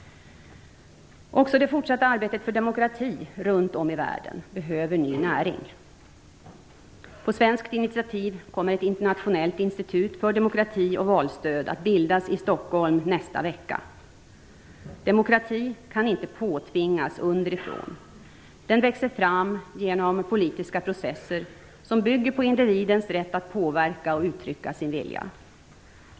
Också det fortsatta arbetet för demokrati runt om i världen behöver ny näring. På svenskt initiativ kommer ett internationellt institut för demokrati och valstöd att bildas i Stockholm nästa vecka. Demokrati kan inte påtvingas underifrån. Den växer fram genom politiska processer som bygger på individens rätt att påverka och uttrycka sin vilja.